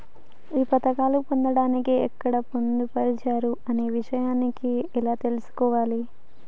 ఈ పథకాలు పొందడానికి ఎక్కడ పొందుపరిచారు అనే విషయాన్ని ఎలా తెలుసుకోవాలి?